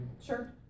Sure